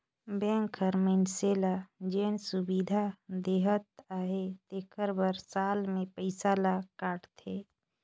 bank हर मइनसे ल जेन सुबिधा देहत अहे तेकर बर साल में पइसा ल काटथे